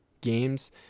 games